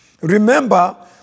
Remember